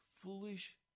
Foolish